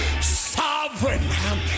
sovereign